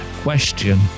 question